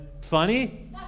funny